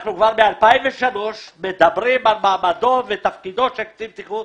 אנחנו כבר מ-2003 מדברים על מעמדו ותפקידו של קצין בטיחות.